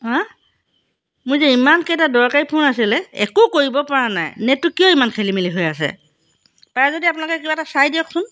হা মোৰ যে ইমানকেইটা দৰকাৰী ফোন আছিলে একো কৰিব পৰা নাই নেটটো কিয় ইমান খেলি মেলি হৈ আছে পাৰে যদি আপোনালোকে কিবা এটা চাই দিয়কচোন